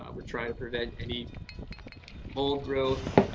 ah we're try to prevent any mold growth,